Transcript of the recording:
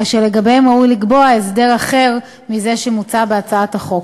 אשר לגביהם ראוי לקבוע הסדר אחר מזה שמוצע בהצעת החוק.